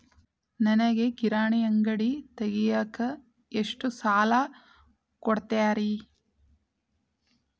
ನನಗ ಕಿರಾಣಿ ಅಂಗಡಿ ತಗಿಯಾಕ್ ಎಷ್ಟ ಸಾಲ ಕೊಡ್ತೇರಿ?